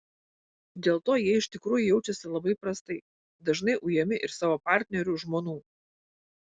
dėl to jie iš tikrųjų jaučiasi labai prastai dažnai ujami ir savo partnerių žmonų